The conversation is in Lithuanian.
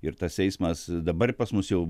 ir tas eismas dabar pas mus jau